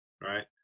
Right